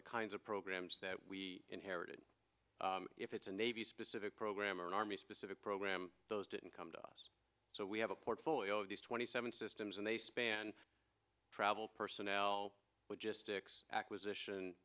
the kinds of programs that we inherited if it's a navy specific program or an army specific program those didn't come to us so we have a portfolio of these twenty seven systems and they span travel personnel just six acquisition